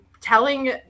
telling